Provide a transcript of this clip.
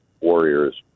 warriors